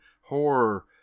horror